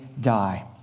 die